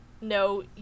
no